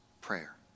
Prayer